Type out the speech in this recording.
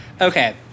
Okay